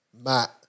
Matt